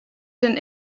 den